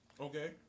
Okay